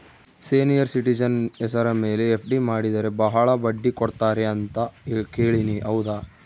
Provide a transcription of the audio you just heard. Senior citizen ಹೆಸರ ಮೇಲೆ FD ಮಾಡಿದರೆ ಬಹಳ ಬಡ್ಡಿ ಕೊಡ್ತಾರೆ ಅಂತಾ ಕೇಳಿನಿ ಹೌದಾ?